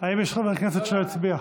האם יש חבר כנסת שלא הצביע?